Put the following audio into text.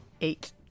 Eight